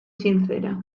sincera